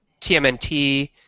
TMNT